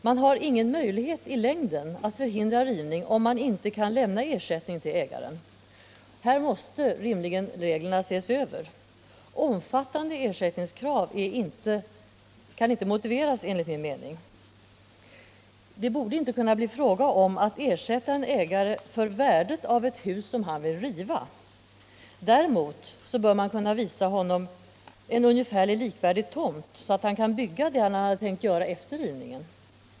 Man har i längden ingen möjlighet att hindra rivning, om man inte kan lämna ersättning till ägaren. På den punkten måste rimligen reglerna ses över. Omfattande ersättningskrav kan enligt min mening inte motiveras. Det borde inte kunna bli fråga om att ersätta en ägare för värdet av ett hus som han vill riva. Däremot bör man kunna anvisa honom en ungefärligen likvärdig tomt, där han kan uppföra det hus som han tänkt bygga efter rivningen.